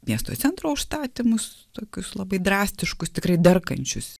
miesto centro užstatymus tokius labai drastiškus tikrai darkančius